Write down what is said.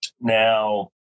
now